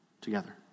together